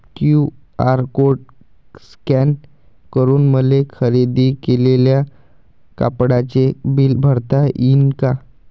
QR code scan करून मले खरेदी केलेल्या कापडाचे बिल भरता यीन का?